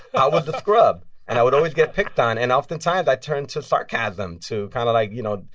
i was a scrub and i would always get picked on. and oftentimes, i turned to sarcasm to kind of like, you know,